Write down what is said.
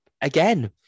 again